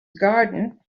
garden